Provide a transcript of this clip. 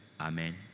Amen